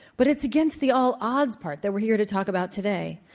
but it's against the all odds part that we're here to talk about today.